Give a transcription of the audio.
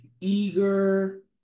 eager